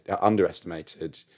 underestimated